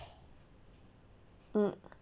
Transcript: mm